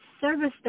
service